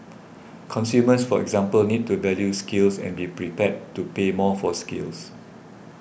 consumers for example need to value skills and be prepared to pay more for skills